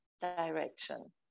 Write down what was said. direction